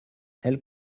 elles